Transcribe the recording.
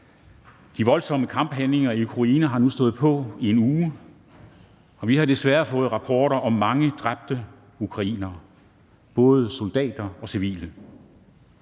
De voldsomme kamphandlinger i Ukraine har nu stået på i en uge. Vi har desværre fået rapporter om mange dræbte ukrainere, både soldater og civile.